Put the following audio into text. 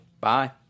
Bye